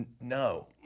No